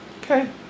Okay